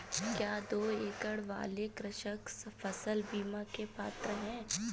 क्या दो एकड़ वाले कृषक फसल बीमा के पात्र हैं?